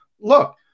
look